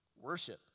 Worship